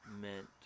meant